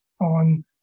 on